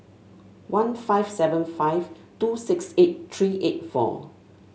one five seven five two six eight three eight four